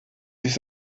sich